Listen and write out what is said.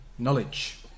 knowledge